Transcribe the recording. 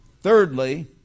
Thirdly